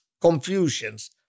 confusions